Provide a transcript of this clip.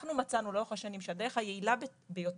אנחנו מצאנו לאורך השנים שהדרך היעילה ביותר,